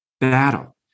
battle